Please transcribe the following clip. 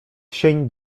sień